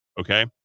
okay